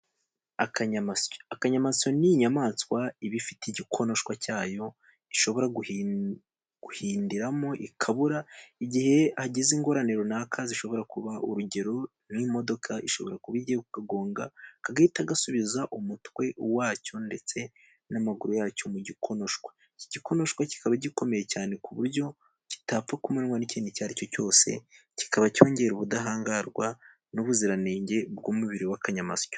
Akanyamasyo: Akanyamasoyo ni' inyamaswa iba ifite igikonoshwa cyayo, ishobora guhindiramo ikabura, igihe hagize ingorane runaka zishobora kuba. Urugero nk'imodoka ishobora kuba igiye ku kagonga kagahita gasubiza umutwe wacyo, ndetse n'amaguru yacyo mu gikonoshwa, iki gikonoshwa kikaba gikomeye cyane, ku buryo kitapfa kumenanywa n'ikintu icyo ari cyo cyose, kikaba cyongera ubudahangarwa n'ubuziranenge bw'umubiri w'ayamasyo.